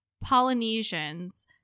Polynesians